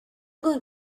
going